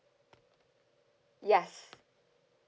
yes